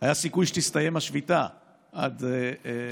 היה סיכוי שתסתיים השביתה עד לסיום התשובה.